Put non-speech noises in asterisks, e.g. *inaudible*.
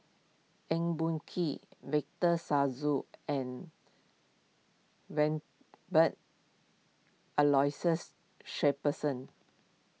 Eng Boh Kee Victor Sassoon and *unintelligible* Aloysius Shepherdson